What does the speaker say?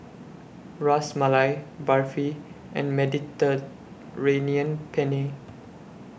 Ras Malai Barfi and Mediterranean Penne